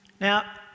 Now